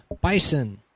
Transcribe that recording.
Bison